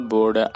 Board